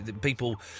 people